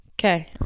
Okay